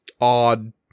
odd